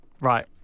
right